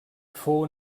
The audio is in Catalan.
fou